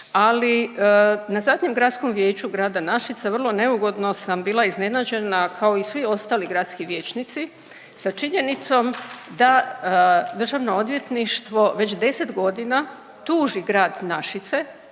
ali na zadnjem gradskog vijeću grada Našica vrlo neugodno sam bila iznenađena kao i svi ostali gradski vijećnici sa činjenicom da Državno odvjetništvo već 10 godina tuži grad Našice